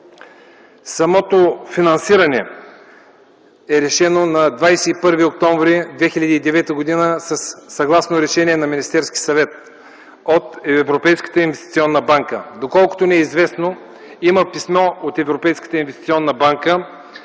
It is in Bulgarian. Самото финансиране е решено на 21 октомври 2009 г. съгласно решение на Министерския съвет от Европейската инвестиционна банка. Доколкото ни е известно, има писмо от Европейската инвестиционна банка